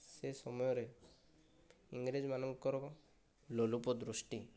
ସେ ସମୟରେ ଇଂରେଜ ମାନଙ୍କର ଲୋଲୁପ ଦୃଷ୍ଟି